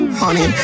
honey